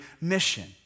mission